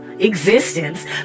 Existence